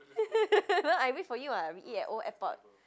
no I wait for you [what] we eat at Old-Airport